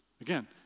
Again